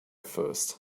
first